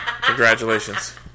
Congratulations